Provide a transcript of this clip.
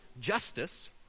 Justice